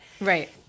Right